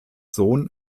sohn